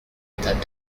without